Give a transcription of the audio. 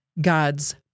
God's